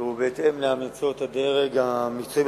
ובהתאם להמלצות הדרג המקצועי,